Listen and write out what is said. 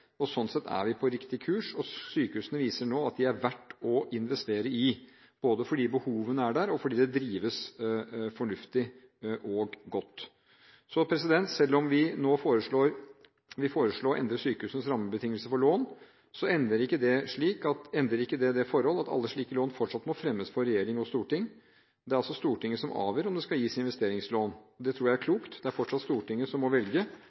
og sånn sett er vi på riktig kurs. Sykehusene viser nå at de er verdt å investere i, både fordi behovene er der, og fordi de drives fornuftig og godt. Selv om vi nå foreslår å endre sykehusenes rammebetingelser for lån, endrer ikke det det forhold at alle slike lån fortsatt må fremmes for regjering og storting. Det er Stortinget som avgjør om det skal gis investeringslån. Det tror jeg er klokt. Det er fortsatt Stortinget som må velge